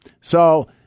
So-